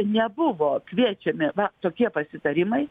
nebuvo kviečiami va tokie pasitarimai